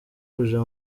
kuja